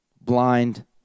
blind